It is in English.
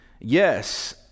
Yes